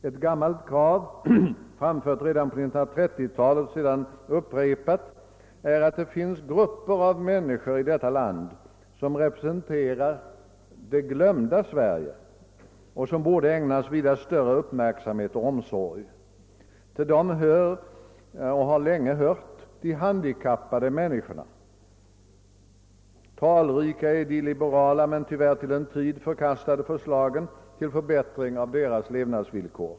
Ett gammalt krav, framlagt redan på 1930-talet och sedan upprepat, är att det finns grupper av människor i detta land som representerar det glömda Sverige och som borde ägnas vida större uppmärksamhet och omsorg. Till dem hör och har länge hört de handikappade människorna. Talrika är de liberala men tyvärr till en tid förkastade förslagen till förbättring av deras levnadsvillkor.